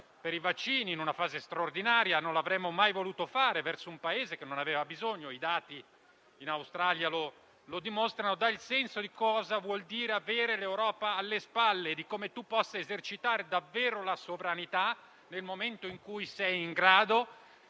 dei vaccini in una fase straordinaria (non l'avremmo mai voluto fare) verso un Paese che non ne aveva bisogno (i dati in Australia lo dimostrano), dà il senso di cosa voglia dire avere l'Europa alle spalle, di come si possa esercitare davvero la sovranità nel momento in cui si è in grado